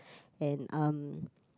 and um